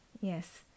Yes